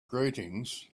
greetings